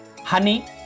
honey